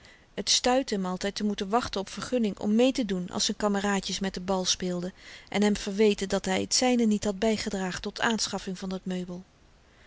t stuitte hem altyd te moeten wachten op vergunning om meetedoen als z'n kameraadjes met den bal speelden en hem verweten dat hy t zyne niet had bygedragen tot aanschaffing van dat meubel